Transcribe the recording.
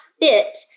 fit